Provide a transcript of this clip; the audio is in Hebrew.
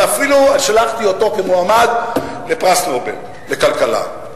ואפילו שלחתי אותו כמועמד לפרס נובל לכלכלה.